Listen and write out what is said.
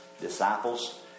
disciples